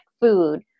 food